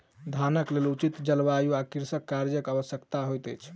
धानक लेल उचित जलवायु आ कृषि कार्यक आवश्यकता होइत अछि